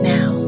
Now